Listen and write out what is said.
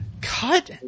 cut